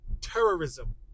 terrorism